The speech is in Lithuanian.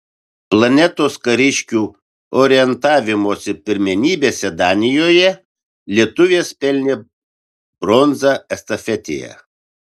planetos kariškių orientavimosi pirmenybėse danijoje lietuvės pelnė bronzą estafetėje